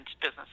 business